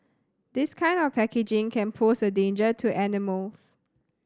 this kind of packaging can pose a danger to animals